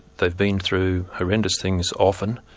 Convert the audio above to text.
they've been through horrendous things, often,